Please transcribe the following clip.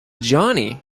johnny